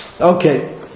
Okay